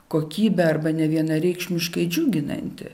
kokybę arba nevienareikšmiškai džiuginanti